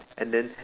and then